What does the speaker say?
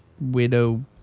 Widow